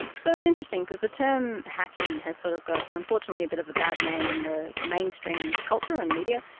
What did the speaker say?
so it's interesting because the term hacking has sort of got and unfortunately a bit of a bad name in the mainstream culture and media,